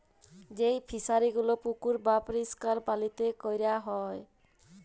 যেই ফিশারি গুলো পুকুর বাপরিষ্কার পালিতে ক্যরা হ্যয়